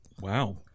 Wow